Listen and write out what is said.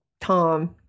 Tom